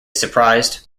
surprised